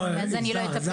לא, לזר.